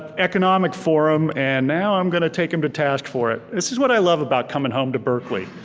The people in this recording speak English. economic forum and now i'm gonna take him to task for it. this is what i love about coming home to berkeley.